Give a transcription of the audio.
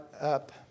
up